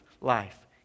life